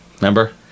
Remember